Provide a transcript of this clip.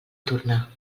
tornar